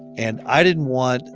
and i didn't want